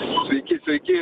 sveiki sveiki